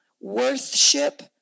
worship